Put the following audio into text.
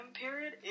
period